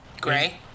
Gray